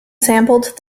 sampled